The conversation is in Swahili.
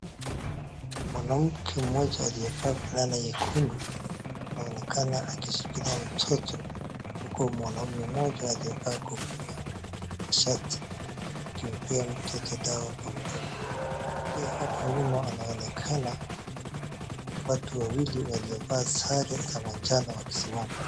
Mwanamke mmoja aliyevaa fulana nyekundu anaonekana akishikilia mtoto huku mwanaume mmoja aliyevaa kofia na shati akimpea mtoto dawa kwa mdomo. Pia hapo nyuma wanaonekana watu wawili waliovaa sare za manjano wakisimama.